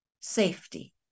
safety